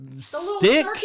Stick